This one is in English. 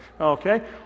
Okay